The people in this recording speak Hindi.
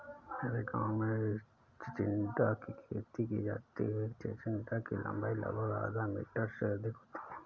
मेरे गांव में चिचिण्डा की खेती की जाती है चिचिण्डा की लंबाई लगभग आधा मीटर से अधिक होती है